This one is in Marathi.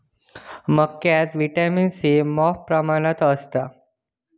मक्यात व्हिटॅमिन सी मॉप प्रमाणात असता